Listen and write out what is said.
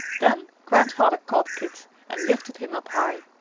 then grandfather caught kit and lifted him up high,